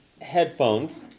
headphones